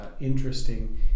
interesting